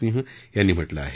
सिंह यांनी म्हटलं आहे